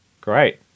Great